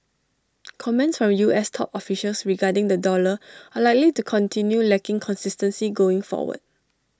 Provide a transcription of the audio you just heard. comments from U S top officials regarding the dollar are likely to continue lacking consistency going forward